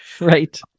right